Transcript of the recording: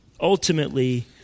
ultimately